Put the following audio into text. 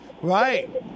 Right